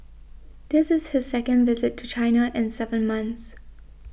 this is his second visit to China in seven months